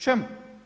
Čemu?